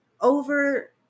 over